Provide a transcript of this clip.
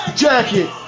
jacket